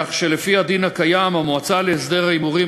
כך שלפי הדין הקיים המועצה להסדר ההימורים